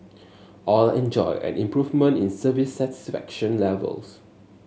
all enjoyed an improvement in service satisfaction levels